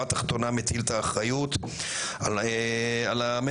התחתונה אני מטיל את האחריות על הממשלות,